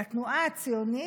לתנועה הציונית,